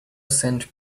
sent